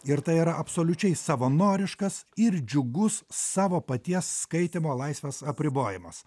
ir tai yra absoliučiai savanoriškas ir džiugus savo paties skaitymo laisvės apribojimas